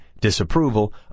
disapproval